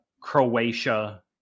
croatia